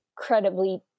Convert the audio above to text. incredibly